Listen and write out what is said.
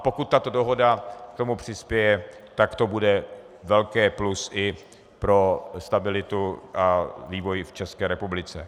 Pokud tato dohoda k tomu přispěje, tak to bude velké plus i pro stabilitu vývoje v České republice.